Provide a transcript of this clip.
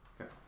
Okay